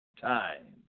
time